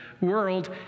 world